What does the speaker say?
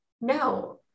No